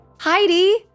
Heidi